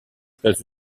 états